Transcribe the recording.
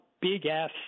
big-ass